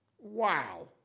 Wow